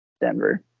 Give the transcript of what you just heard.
Denver